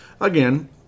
Again